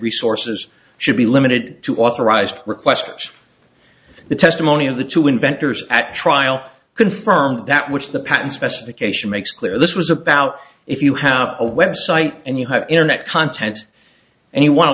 resources should be limited to authorized requests the testimony of the two inventors at trial confirmed that which the patent specification makes clear this was about if you have a web site and you have internet content and you want to